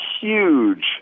huge